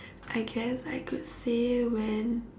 I guess I could say when